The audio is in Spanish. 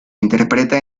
interpreta